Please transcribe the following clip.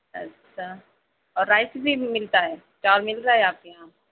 اچھا اور رائس بھی مِلتا ہے چاول مِل رہا ہے آپ کے یہاں